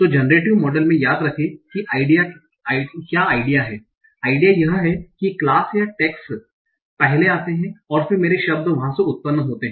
तो generative model में याद रखें कि क्या आइडिया है आइडिया यह है कि क्लास या टैगस पहले आते हैं और फिर मेरे शब्द वहां से उत्पन्न होते हैं